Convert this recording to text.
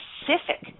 specific